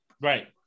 Right